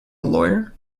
lawyer